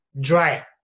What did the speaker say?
dry